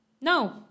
No